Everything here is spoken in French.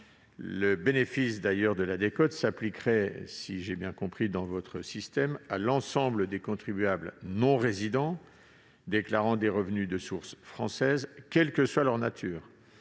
le bénéfice de la décote s'appliquerait, dans votre système, à l'ensemble des contribuables non-résidents déclarant des revenus de source française, quelle que soit leur nature,